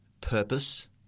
purpose